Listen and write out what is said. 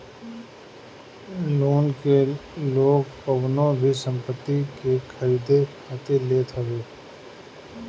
loan के लोग कवनो भी संपत्ति के खरीदे खातिर लेत हवे